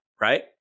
right